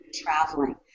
traveling